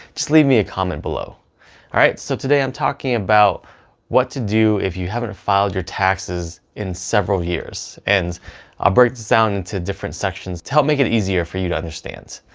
just leave me a comment below alright. so today i'm talking about what to do if you haven't filed your taxes in several years. and i'll ah break down into different sections to help make it easier for you to understand.